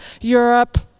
Europe